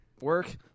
work